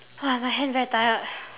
!wah! my hand very tired